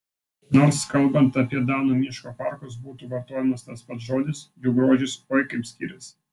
nors kalbant apie danų miško parkus būtų vartojamas tas pats žodis jų grožis oi kaip skiriasi